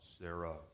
thereof